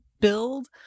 build